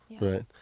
Right